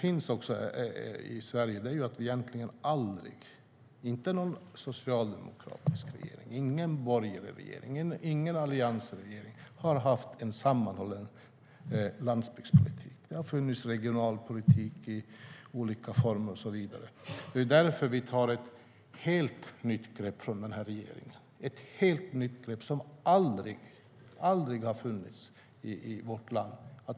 I Sverige har ingen socialdemokratisk regering, ingen borgerlig regering, ingen alliansregering haft en sammanhållen landsbygdspolitik. Det har funnits regionalpolitik i olika former och så vidare. Det är därför den här regeringen tar ett nytt grepp, ett helt nytt grepp som aldrig tidigare har funnits i vårt land.